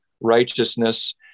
righteousness